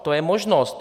To je možnost.